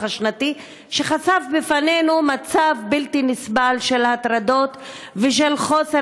שחשף בפנינו מצב בלתי נסבל של הטרדות ושל חוסר